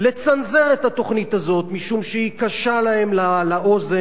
לצנזר את התוכנית הזאת משום שהיא קשה להם לאוזן